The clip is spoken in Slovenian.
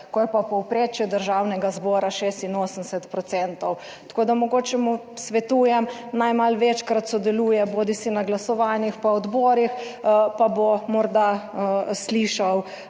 ko je pa v povprečju Državnega zbora 86 %. Tako da mogoče mu svetujem naj malo večkrat sodeluje bodisi na glasovanjih pa odborih, pa bo morda slišal